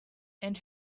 and